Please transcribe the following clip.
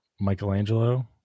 michelangelo